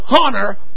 honor